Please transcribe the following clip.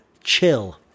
chill